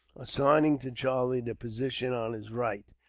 assigning to charlie the position on his right,